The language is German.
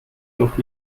durch